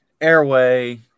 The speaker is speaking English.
Airway